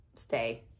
Stay